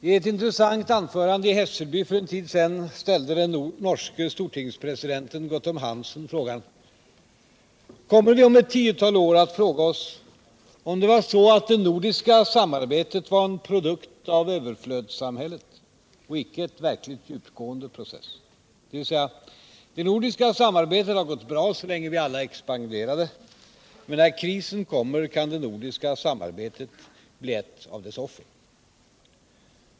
I ett intressant anförande i Hässelby för en tid sedan ställde den norske stortingspresidenten Guttorm Hansen frågan: ”Kommer vi om ett tiotal år att fråga oss om det var så att det nordiska samarbetet var en produkt av överflödssamhället och icke en verkligt djupgående process?” Dvs.: Det nordiska samarbetet har gått bra så länge vi alla expanderade. Men när krisen kommer kan det nordiska samarbetet bli ett av dess offer.